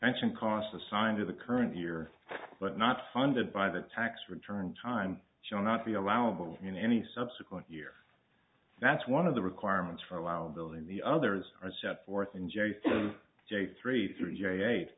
should cost assigned to the current year but not funded by the tax return time shall not be allowable in any subsequent year that's one of the requirements for a while building the others are set forth in jerry j three thirty eight